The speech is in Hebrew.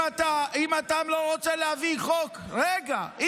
אם אתה לא רוצה להביא חוק מינימום,